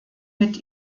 mit